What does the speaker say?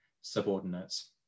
subordinates